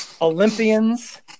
Olympians